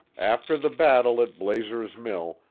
after the battle at blazer's mill,